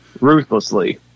ruthlessly